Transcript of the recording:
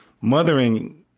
mothering